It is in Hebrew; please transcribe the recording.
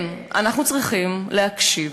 כן, אנחנו צריכים להקשיב.